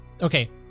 Okay